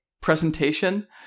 presentation